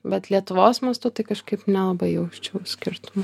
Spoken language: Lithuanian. bet lietuvos mastu tai kažkaip nelabai jausčiau skirtumų